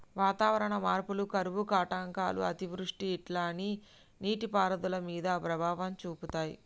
వాతావరణ మార్పులు కరువు కాటకాలు అతివృష్టి ఇట్లా అన్ని నీటి పారుదల మీద ప్రభావం చూపితాయ్